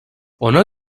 ona